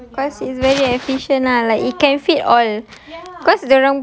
ya cause it's very efficient lah like it can fit all